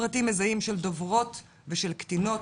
פרטים מזהים של דוברות ושל קטינות,